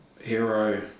hero